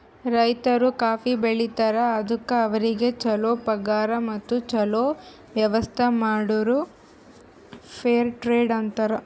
ರೈತರು ಕಾಫಿ ಬೆಳಿತಾರ್ ಅದುಕ್ ಅವ್ರಿಗ ಛಲೋ ಪಗಾರ್ ಮತ್ತ ಛಲೋ ವ್ಯವಸ್ಥ ಮಾಡುರ್ ಫೇರ್ ಟ್ರೇಡ್ ಅಂತಾರ್